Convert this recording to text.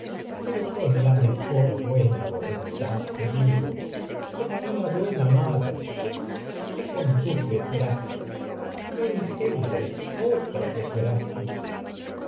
pero buena con la mejor que buena voluntad te digo con una madre tus desgracias no en gendres otra desgracia